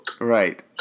Right